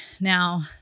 Now